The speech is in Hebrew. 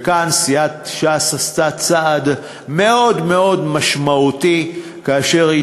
וכאן סיעת ש"ס עשתה צעד מאוד מאוד משמעותי כאשר היא